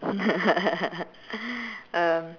um